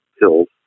hills